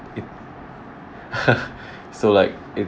so like it